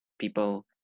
people